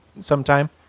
sometime